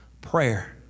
prayer